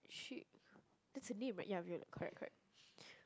she that's her name right yeah yeah we are correct